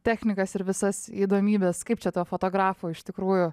technikas ir visas įdomybes kaip čia tuo fotografu iš tikrųjų